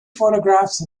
photographs